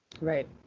Right